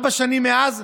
ארבע שנים מאז,